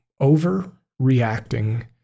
overreacting